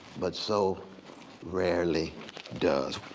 but so rarely does.